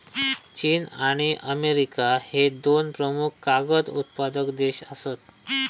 चीन आणि अमेरिका ह्ये दोन प्रमुख कागद उत्पादक देश आसत